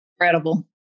incredible